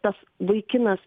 tas vaikinas